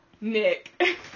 Nick